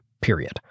period